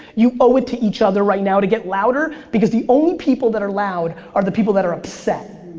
you owe it to each other right now to get louder because the only people that are loud are the people that are upset.